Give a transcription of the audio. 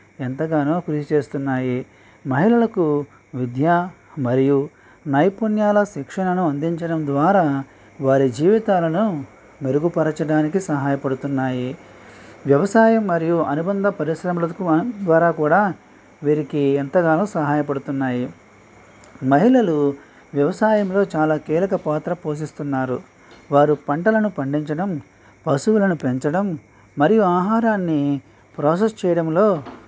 ఎంతగానో కృషి చేస్తున్నాయి మహిళలకు విద్య మరియు నైపుణ్యాల శిక్షణను అందించడం ద్వారా వారి జీవితాలను మెరుగుపరచడానికి సహాయపడుతున్నాయి వ్యవసాయం మరియు అనుబంధ పరిశ్రమలకు మన ద్వారా కూడా వీరికి ఎంతగానో సహాయపడుతున్నాయి మహిళలు వ్యవసాయంలో చాలా కీలకపాత్ర పోషిస్తున్నారు వారు పంటలను పండించడం పశువులను పెంచడం మరియు ఆహారాన్ని ప్రోసస్ చేయడంలో